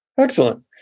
Excellent